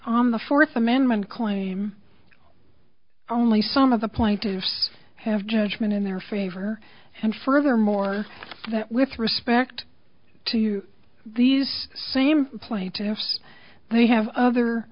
on the fourth amendment claim only some of the plaintiffs have judgment in their favor and furthermore that with respect to these same plaintiffs they have other